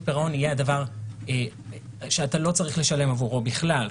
פירעון יהיה דבר שאתה לא צריך לשלם עבורו בכלל,